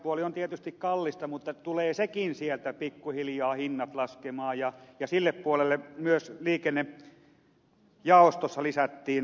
se on tietysti kallista mutta tulevathan sieltäkin pikkuhiljaa hinnat laskemaan ja sille puolelle myös liikennejaostossa lisättiin perustienpitoon rahaa